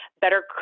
better